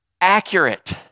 accurate